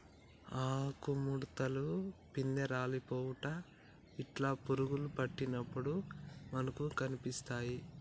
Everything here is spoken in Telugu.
ఆకు ముడుతలు, పిందె రాలిపోవుట ఇట్లా పురుగులు పట్టినప్పుడు మనకు కనిపిస్తాయ్